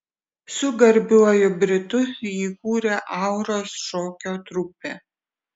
su garbiuoju britu jį kūrė auros šokio trupę